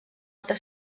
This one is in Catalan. altra